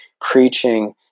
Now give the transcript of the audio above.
preaching